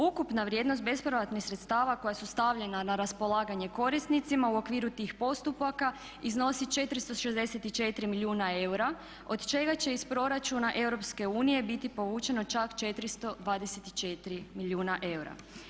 Ukupna vrijednost bespovratnih sredstava koja su stavljena na raspolaganje korisnicima u okviru tih postupaka iznosi 464 milijuna eura od čega će iz Proračuna EU biti povučeno čak 424 milijuna eura.